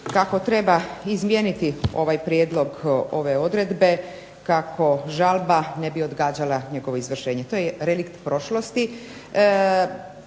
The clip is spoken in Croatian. kako treba izmijeniti ovaj prijedlog ove odredbe, kako žalba ne bi odgađala njegovo izvršenje. To je relikt prošlosti.